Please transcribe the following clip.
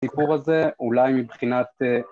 סיפור הזה אולי מבחינת אה...